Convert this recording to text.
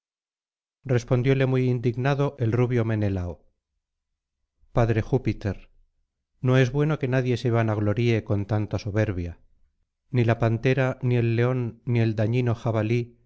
respondióle muy indignado el rubio menelao padre júpiter no es bueno que nadie se vanaglorie con tanta soberbia ni la pantera ni el león ni el dañino jabalí